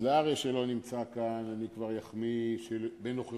אז לאריה, שכבר לא נמצא כאן אחמיא בנוכחותו,